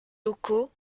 locaux